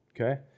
okay